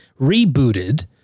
rebooted